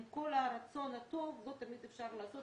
עם כל הרצון הטוב לא תמיד אפשר לעשות